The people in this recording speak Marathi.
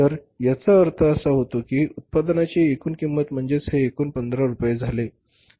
तर याचा अर्थ असा होतो की उत्पादनाची एकूण किंमत म्हणजेच हे एकूण 15 रुपये झाले